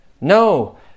No